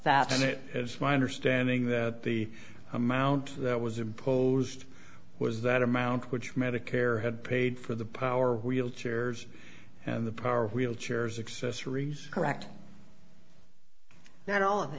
that and it is my understanding that the amount that was imposed was that amount which medicare had paid for the power wheelchairs and the power wheelchairs accessories correct no